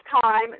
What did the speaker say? time